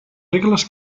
regles